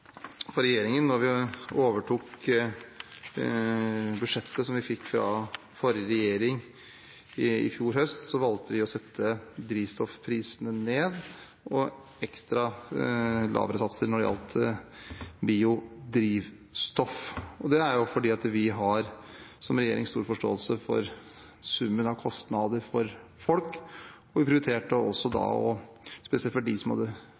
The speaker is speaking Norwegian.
vi i fjor høst overtok budsjettet fra forrige regjering, valgte vi å sette drivstoffprisene ned – til ekstra lavere satser når det gjaldt biodrivstoff. Det er fordi vi som regjering har stor forståelse for summen av kostnader for folk, og vi prioriterte også da – spesielt for dem som